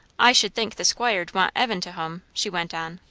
i should think the squire'd want evan to hum, she went on.